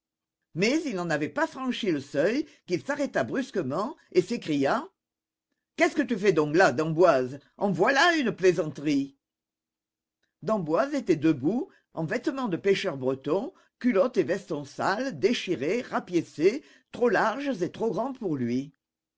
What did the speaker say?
mais il n'en avait pas franchi le seuil qu'il s'arrêta brusquement et s'écria qu'est-ce que tu fais donc là d'emboise en voilà une plaisanterie d'emboise était debout en vêtements de pêcheur breton culotte et veston sales déchirés rapiécés trop larges et trop grands pour lui